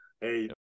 Hey